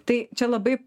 tai čia labai